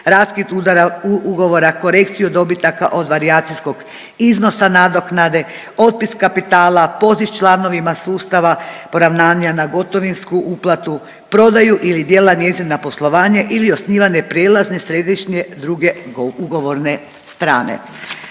raskid ugovora, korekciju dobitaka od varijacijskog iznosa nadoknade, otpis kapitala, poziv članovima sustava, poravnanja na gotovinsku uplatu, prodaju ili dijela njezina poslovanja ili osnivanje prijelaznih središnje druge ugovorne strane.